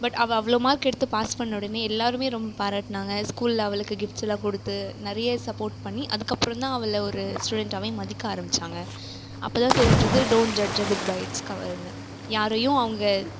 but அவள் அவ்வளோ mark எடுத்து பாஸ் பண்ண உடனே எல்லாருமே ரொம்ப பாராட்டினாங்க ஸ்கூலில் அவளுக்கு கிஃப்ட்ஸ்லாம் கொடுத்து நிறைய சப்போர்ட் பண்ணி அதுக்கு அப்புறம்தான் அவளை ஒரு ஸ்டூடென்ட்டாகவே மதிக்க ஆரம்பிச்சாங்க அப்போதான் தெரிஞ்சது don't judge a book by its கவர்னு யாரையும் அவங்க